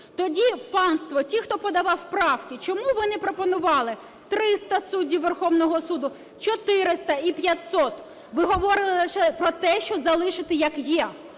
тоді, панство, ті, хто подавав правки, чому ви не пропонували 300 суддів Верховного Суду, 400 і 500? Ви говорили лише про те, що залишити як є.